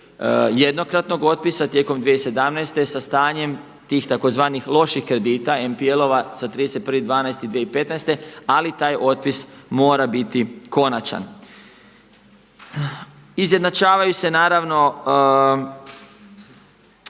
jednokratnog otpisa tijekom 2017. sa stanjem tih tzv. loših kredita NPL-ova sa 31.12.2015., ali taj otpis mora biti konačan. Izjednačavaju se naravno